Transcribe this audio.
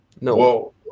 No